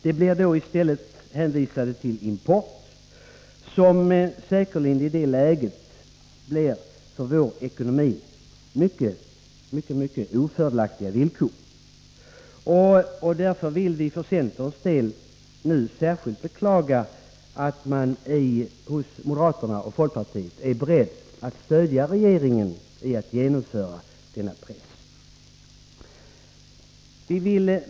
Vi blir i stället hänvisade till import, som säkerligen i det nuvarande ekonomiska läget för vårt land innebär mycket ofördelaktiga villkor. Därför beklagar vi i centern särskilt mycket att moderaterna och folkpartisterna är beredda att stödja regeringen när det gäller att genomföra förslaget.